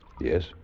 Yes